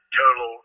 total